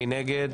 מי נגד?